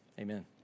amen